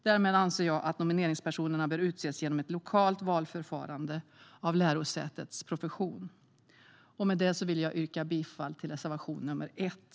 Därmed anser jag att nomineringspersonerna bör utses genom ett lokalt valförfarande av lärosätets profession. Med detta vill jag yrka bifall till reservation nr 1.